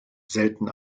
selten